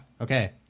Okay